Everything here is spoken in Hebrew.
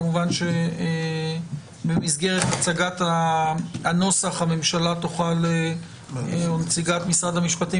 כמובן שבמסגרת הצגת הנוסח הממשלה או נציגת משרד המשפטים